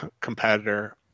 competitor